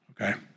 Okay